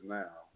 now